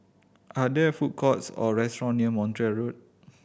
are there food courts or restaurant near Montreal Road